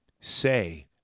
Say